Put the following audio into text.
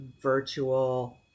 virtual